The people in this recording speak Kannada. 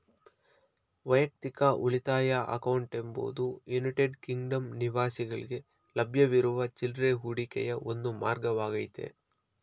ವೈಯಕ್ತಿಕ ಉಳಿತಾಯ ಅಕೌಂಟ್ ಎಂಬುದು ಯುನೈಟೆಡ್ ಕಿಂಗ್ಡಮ್ ನಿವಾಸಿಗಳ್ಗೆ ಲಭ್ಯವಿರುವ ಚಿಲ್ರೆ ಹೂಡಿಕೆಯ ಒಂದು ಮಾರ್ಗವಾಗೈತೆ